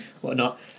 whatnot